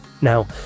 now